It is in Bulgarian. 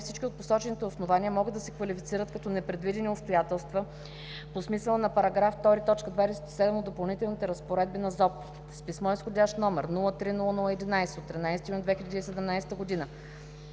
всички от посочените основания могат да се квалифицират като „непредвидени обстоятелства" по смисъла на § 2, т. 27 от допълнителните разпоредби на ЗОП. С писмо изх. № 03-00-11 от 13 юни 2017 г.,